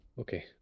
Okay